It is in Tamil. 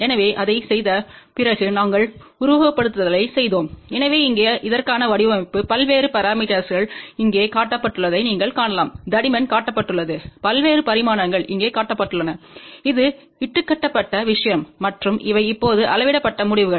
எனவே அதைச் செய்த பிறகு நாங்கள் உருவகப்படுத்துதலைச் செய்தோம் எனவே இங்கே அதற்கான வடிவமைப்பு பல்வேறு பரமீட்டர்ஸ்க்கள் இங்கே காட்டப்பட்டுள்ளதை நீங்கள் காணலாம் தடிமன் காட்டப்பட்டுள்ளது பல்வேறு பரிமாணங்கள் இங்கே காட்டப்பட்டுள்ளன இது இட்டுக்கட்டப்பட்ட விஷயம் மற்றும் இவை இப்போது அளவிடப்பட்ட முடிவுகள்